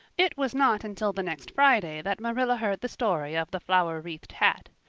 it was not until the next friday that marilla heard the story of the flower-wreathed hat.